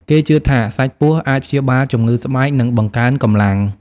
គេជឿថាសាច់ពស់អាចព្យាបាលជំងឺស្បែក និងបង្កើនកម្លាំង។